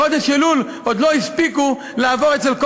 בחודש אלול עוד לא הספיקו לעבור אצל כל